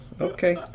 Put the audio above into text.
okay